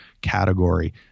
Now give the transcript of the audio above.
category